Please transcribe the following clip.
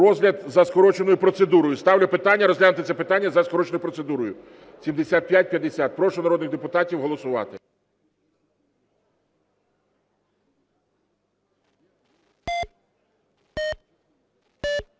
Розгляд за скороченою процедурою. Ставлю питання розглянути це питання за скороченою процедурою, 7550. Прошу народних депутатів голосувати.